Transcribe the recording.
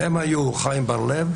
חיים בר לב,